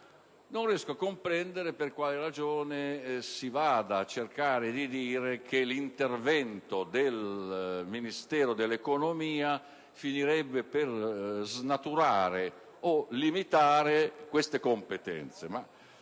non riesco a comprendere per quale ragione si cerchi di sostenere che l'intervento del Ministero dell'economia finirebbe per snaturare o limitare queste competenze.